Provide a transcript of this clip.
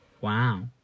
Wow